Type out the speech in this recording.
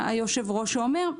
היושב-ראש כשהוא אומר: